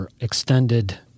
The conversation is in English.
extended